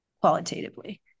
qualitatively